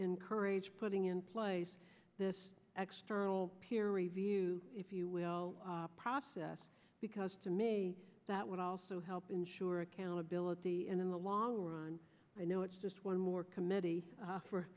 encourage putting in place this extra peer review if you will process because to me that would also help ensure accountability and in the long run i know it's just one more committee